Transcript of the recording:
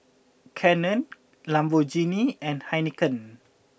Canon Lamborghini and Heinekein